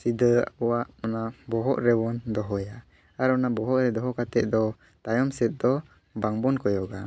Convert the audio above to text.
ᱥᱤᱫᱷᱟᱹ ᱟᱵᱚᱣᱟᱜ ᱚᱱᱟ ᱵᱚᱦᱚᱜ ᱨᱮᱵᱚᱱ ᱫᱚᱦᱚᱭᱟ ᱟᱨ ᱚᱱᱟ ᱵᱚᱦᱚᱜ ᱨᱮ ᱫᱚᱦᱚ ᱠᱟᱛᱮ ᱫᱚ ᱛᱟᱭᱚᱢ ᱥᱮᱫ ᱫᱚ ᱵᱟᱝᱵᱚᱱ ᱠᱚᱭᱚᱜᱟ